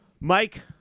Mike